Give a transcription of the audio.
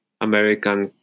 American